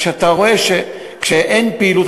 כשאתה רואה שכשאין פעילות,